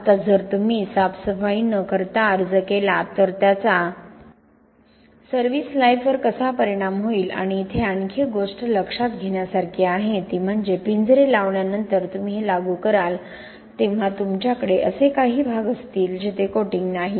आता जर तुम्ही साफसफाई न करता अर्ज केला तर त्याचा सर्व्हिस लाइफवर कसा परिणाम होईल आणि इथे आणखी एक गोष्ट लक्षात घेण्यासारखी आहे ती म्हणजे पिंजरे लावल्यानंतर तुम्ही हे लागू कराल तेव्हा तुमच्याकडे असे काही प्रदेश असतील जिथे कोटिंग नाही